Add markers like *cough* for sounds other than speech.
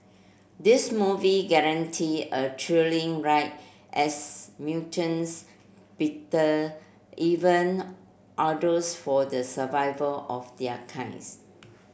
this movie guarantee a thrilling ride as mutants *unintelligible* even others for the survival of their kinds